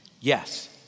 Yes